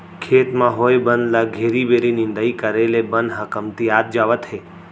खेत म होए बन ल घेरी बेरी निंदाई करे ले बन ह कमतियात जावत हे